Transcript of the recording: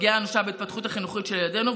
פגיעה אנושה בהתפתחות החינוכית של ילדינו,